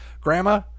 Grandma